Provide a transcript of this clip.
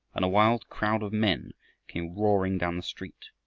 and a wild crowd of men came roaring down the street.